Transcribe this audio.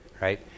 right